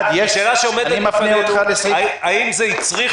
השאלה שעומדת בפנינו היא האם זה הצריך